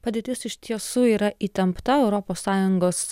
padėtis iš tiesų yra įtempta europos sąjungos